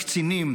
לקצינים,